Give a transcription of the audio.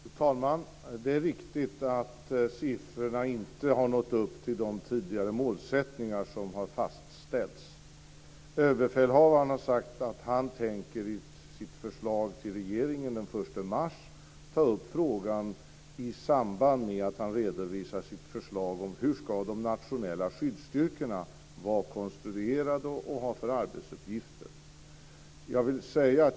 Fru talman! Det är riktigt att siffrorna inte har nått upp till de tidigare mål som har fastställts. Överbefälhavaren har sagt att han tänker i sitt förslag till regeringen den 1 mars ta upp frågan i samband med att han redovisar sitt förslag om hur de nationella skyddsstyrkorna ska vara konstruerade och ha för arbetsuppgifter.